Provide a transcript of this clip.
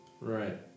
Right